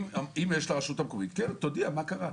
מה קרה?